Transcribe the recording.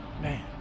man